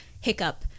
hiccup